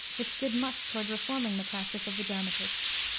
which did much toward reforming the practice of the dramatists.